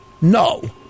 No